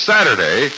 Saturday